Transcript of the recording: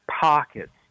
pockets